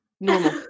Normal